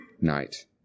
night